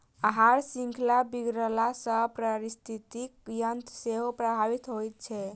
आहार शृंखला बिगड़ला सॅ पारिस्थितिकी तंत्र सेहो प्रभावित होइत छै